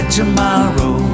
tomorrow